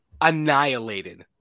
annihilated